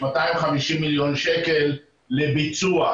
250 מיליון שקל לביצוע,